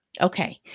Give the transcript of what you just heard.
Okay